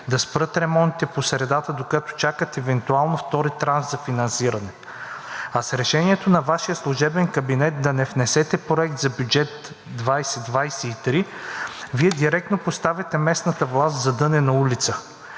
да спрат ремонтите по средата, докато чакат евентуално втори транш за финансиране. А с решението на Вашия служебен кабинет да не внесете проект за бюджет 2023 Вие директно поставяте местната власт в задънена улица.